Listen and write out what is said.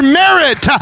merit